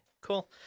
cool